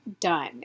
done